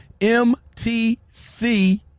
mtc